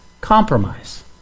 Compromise